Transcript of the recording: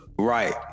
Right